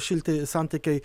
šilti santykiai